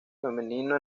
femenino